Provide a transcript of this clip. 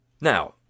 Now